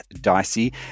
Dicey